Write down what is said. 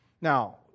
Now